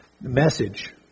message